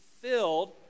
filled